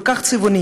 כל כך צבעוני,